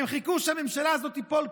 הם חיכו שהממשלה הזאת תיפול,